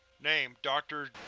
name dr.